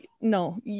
No